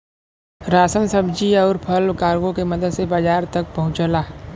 ration सब्जी आउर फल कार्गो के मदद से बाजार तक पहुंचला